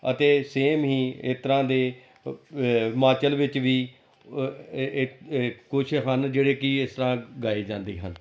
ਅਤੇ ਸੇਮ ਹੀ ਇਸ ਤਰ੍ਹਾਂ ਦੇ ਹਿਮਾਚਲ ਵਿੱਚ ਵੀ ਕੁਛ ਹਨ ਜਿਹੜੇ ਕਿ ਇਸ ਤਰ੍ਹਾਂ ਗਾਏ ਜਾਂਦੇ ਹਨ